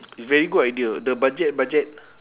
it's very good idea the budget budget